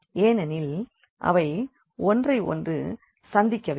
ஏனெனில் இவை ஒன்றையொன்று சந்திக்கவில்லை